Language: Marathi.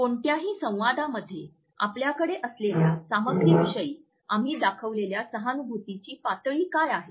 कोणत्याही संवादामध्ये आपल्याकडे असलेल्या सामग्रीविषयी आम्ही दाखवलेल्या सहानुभूतीची पातळी काय आहे